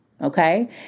okay